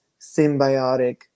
symbiotic